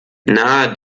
nahe